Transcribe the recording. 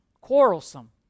quarrelsome